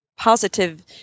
positive